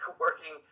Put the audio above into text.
working